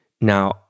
Now